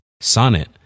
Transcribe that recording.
Sonnet